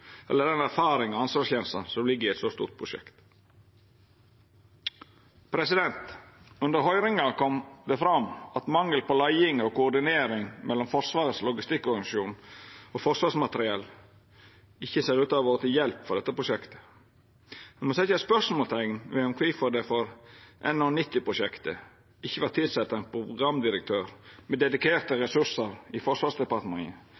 ligg i eit så stort prosjekt. Under høyringa kom det fram at mangel på leiing og koordinering mellom Forsvarets logistikkorganisasjon og Forsvarsmateriell ikkje ser ut til å ha vore til hjelp for dette prosjektet. Ein må setja spørsmålsteikn ved kvifor det for NH90-prosjektet ikkje vart tilsett ein programdirektør med dedikerte ressursar i Forsvarsdepartementet,